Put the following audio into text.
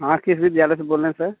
हाँ किस विद्यालय से बोल रहें सर